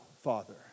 Father